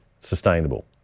sustainable